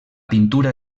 pintura